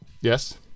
Yes